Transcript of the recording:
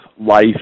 life